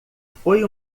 foi